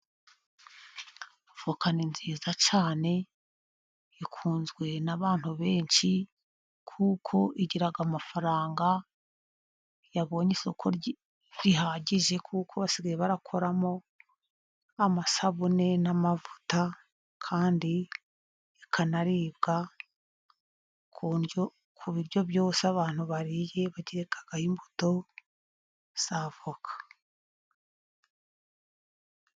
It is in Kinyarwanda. Avoka ni nziza cyane ikunzwe n'abantu benshi kuko igira amafaranga. Yabonye isoko rihagije kuko basigaye bakoramo amasabune n'amavuta, kandi ikanaribwa ku ndyo, ku biryo byose abantu bariye bagerekaho imbuto za avoka.